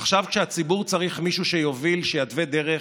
עכשיו, כשהציבור צריך מישהו שיוביל, שיתווה דרך,